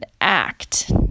act